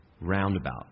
roundabout